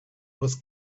was